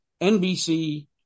NBC